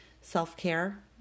self-care